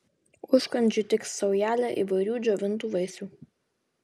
užkandžiui tiks saujelė įvairių džiovintų vaisių